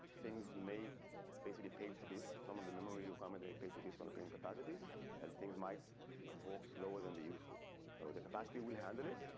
things may basically page to discuss some of the memory. you come with a pager discount appear in capacity and things might work slower than they used to so the capacity will handle it,